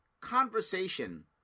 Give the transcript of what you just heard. conversation